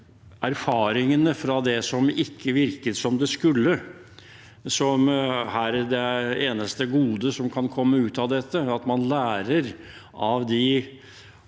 erfaringene fra det som ikke virket som det skulle, som er det eneste gode som kan komme ut av dette – at man lærer av de